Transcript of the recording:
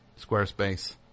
Squarespace